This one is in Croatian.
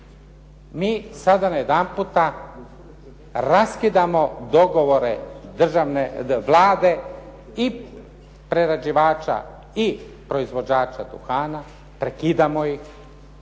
Mi sada najedanput raskidamo dogovore državne Vlade i prerađivača i proizvođača duhana, prekidamo ih,